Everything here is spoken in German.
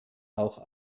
auch